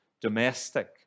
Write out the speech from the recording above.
domestic